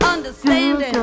Understanding